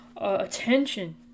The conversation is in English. attention